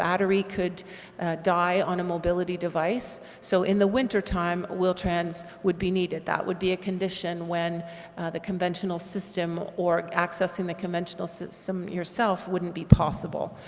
battery could die on a mobility device, so in the wintertime wheel-trans would be needed, that would be a condition when the conventional system or accessing the conventional system yourself wouldn't be possible.